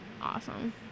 awesome